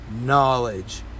knowledge